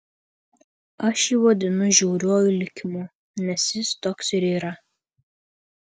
aš jį vadinu žiauriuoju likimu nes jis toks ir yra